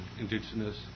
indigenous